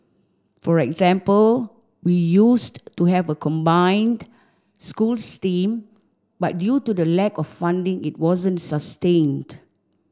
for example we used to have a combined schools team but due to a lack of funding it wasn't sustained